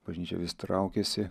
bažnyčia vis traukėsi